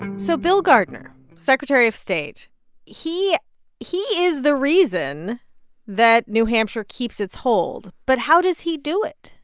so bill gardner, secretary of state he he is the reason that new hampshire keeps its hold. but how does he do it?